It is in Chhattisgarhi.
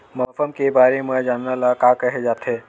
मौसम के बारे म जानना ल का कहे जाथे?